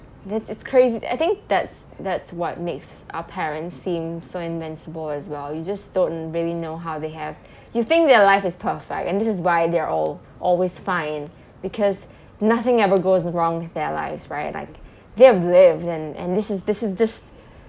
this is crazy I think that's that's what makes our parents seem so invincible as well you just don't really know how they have you think their life is perfect and this is why they're al~ always fine because nothing ever goes wrong with their lives right like they have lived and and this is this is just